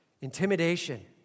Intimidation